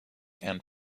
and